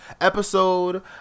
episode